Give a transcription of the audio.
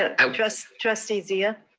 ah um trustee trustee zia.